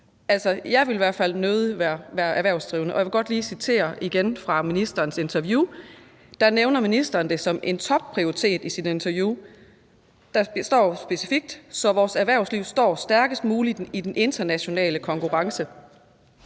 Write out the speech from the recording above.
jeg ville i hvert fald nødig være erhvervsdrivende, og jeg vil godt lige citere igen fra ministerens interview. Der, i sit interview, nævner ministeren det som en topprioritet. Der står specifikt: »... så vores erhvervsliv står stærkest muligt i den internationale konkurrence